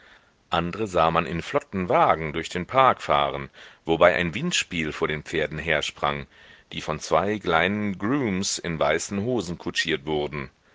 andre sah man in flotten wagen durch den park fahren wobei ein windspiel vor den pferden hersprang die von zwei kleinen grooms in weißen hosen kutschiert wurden